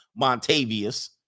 Montavious